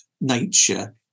nature